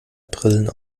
brillen